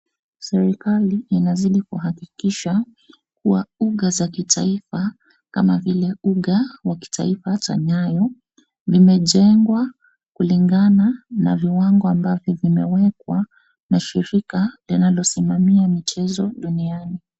Serikali inazidi kuhakikisha kuwa uga za kitaifa kama vile uga wa kitaifa cha Nyayo, vimejengwa kulingana na viwango ambavyo vimewekwa na shirika linalosimamia michezo duniani.